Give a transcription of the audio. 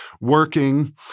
working